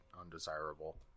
undesirable